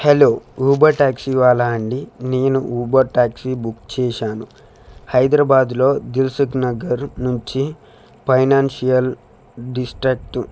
hello Uber taxi వాళ్ళ అండి నేను ఊబర్ టాక్సీ బుక్ చేసాను హైదరాబాదులో దిల్సుఖ్నగర్ నుంచి ఫైనాన్షియల్ డిస్ట్రిక్ట్